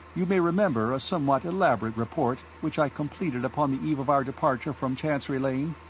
you may remember a somewhat elaborate report which i completed upon the eve of our departure from chancery lane?